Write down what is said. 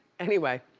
anyway,